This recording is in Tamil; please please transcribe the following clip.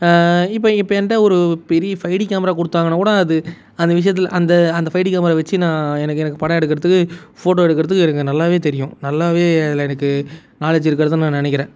இப்போ இப்போ எந்த ஒரு பெரிய ஃபை டி கேமரா கொடுத்தாங்கன்னா கூட அது அந்த விஷயத்தில் அந்த அந்த ஃபை டி கேமரா வைச்சி நான் எனக்கு எனக்கு படம் எடுக்கிறதுக்கு ஃபோட்டோ எடுக்கிறதுக்கு எனக்கு நல்லா தெரியும் நல்லா அதில் எனக்கு நாலேஜ் இருக்கிறதா நான் நினைக்கிறேன்